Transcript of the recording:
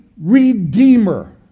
Redeemer